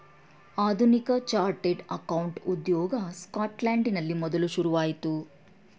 ಆಧುನಿಕ chartered accountant ಉದ್ಯೋಗ ಸ್ಕಾಟ್ಲೆಂಡಿನಲ್ಲಿ ಮೊದಲು ಶುರುವಾಯಿತು